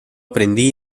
prendí